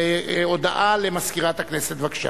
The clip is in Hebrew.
הודעה למזכירת הכנסת, בבקשה.